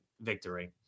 victory